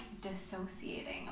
dissociating